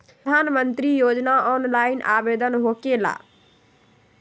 प्रधानमंत्री योजना ऑनलाइन आवेदन होकेला?